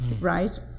right